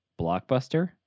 Blockbuster